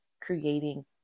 creating